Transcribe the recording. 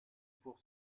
pour